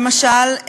למשל,